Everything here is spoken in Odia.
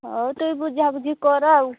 ହଉ ତୁଇ ବୁଝାବୁଝି କର ଆଉ